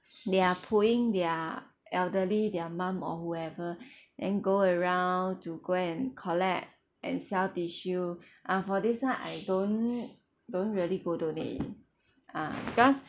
they are pulling their elderly their mum or whoever and go around to go and collect and sell tissue ah for this [one] I don't don't really go donate eh ah cause